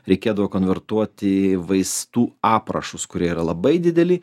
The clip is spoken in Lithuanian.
reikėdavo konvertuoti į vaistų aprašus kurie yra labai didel